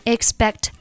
Expect